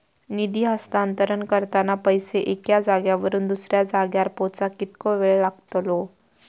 निधी हस्तांतरण करताना पैसे एक्या जाग्यावरून दुसऱ्या जाग्यार पोचाक कितको वेळ लागतलो?